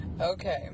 Okay